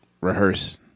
rehearse